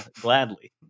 gladly